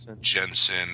Jensen